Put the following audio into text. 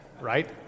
right